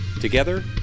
Together